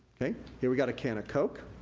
here, we got a can of coke.